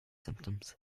symptoms